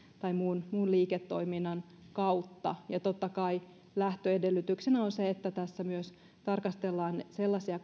tai muun muun liiketoiminnan kautta totta kai lähtöedellytyksenä on se että tässä myös tarkastellaan sellaisia